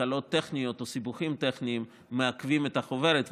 תקלות טכניות או סיבוכים טכניים מעכבים את החוברת,